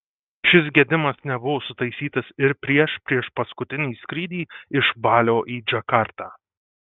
šis gedimas nebuvo sutaisytas ir prieš priešpaskutinį skrydį iš balio į džakartą